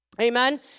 Amen